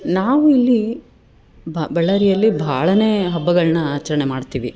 ನಾವು ಇಲ್ಲಿ ಬಳ್ಳಾರಿಯಲ್ಲಿ ಭಾಳ ಹಬ್ಬಗಳನ್ನ ಆಚರಣೆ ಮಾಡ್ತೀವಿ